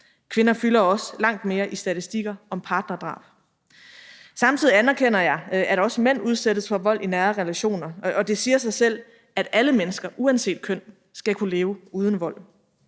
Kvinder fylder også langt mere i statistikker om partnerdrab. Samtidig anerkender jeg, at også mænd udsættes for vold i nære relationer, og det siger sig selv, at alle mennesker uanset køn skal kunne leve uden vold.